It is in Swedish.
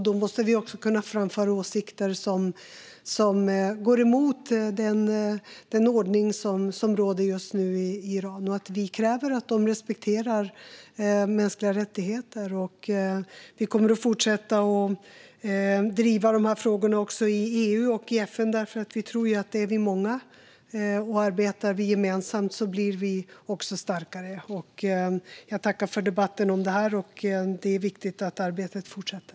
Då måste vi också kunna framföra åsikter som går emot den ordning som just nu råder i Iran och att vi kräver att de respekterar mänskliga rättigheter. Vi kommer att fortsätta driva de här frågorna också i EU och FN, för vi tror att om vi är många som arbetar gemensamt blir vi starkare. Jag tackar för debatten. Det är viktigt att arbetet fortsätter.